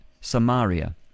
Samaria